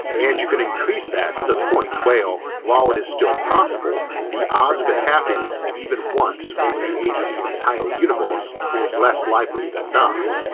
and you can increase that to the point where while it is still possible, the odds of it happening even once over the age of the entire universe is less likely than not.